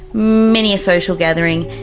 many a social gathering,